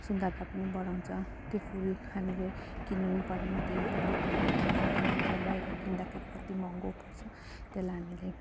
सुन्दरता पनि बढाउँछ त्यो फुल हामीले किन्नु पनि परेन त्यहीलाई बुके बनाएर लाँदा पनि हुन्छ बाहिर किन्दाखेरि कत्ति महँगो पर्छ त्यसलाई हामीले